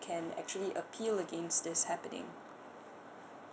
can actually appeal against this happening